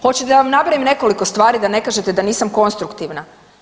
Hoćete da vam nabrojim nekoliko stvari da ne kažete da nisam konstruktivna?